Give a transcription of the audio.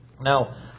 Now